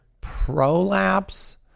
Prolapse